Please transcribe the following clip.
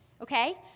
Okay